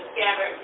scattered